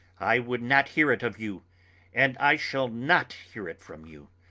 i would not hear it of you and i shall not hear it from you.